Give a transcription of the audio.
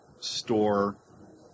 store